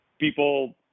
people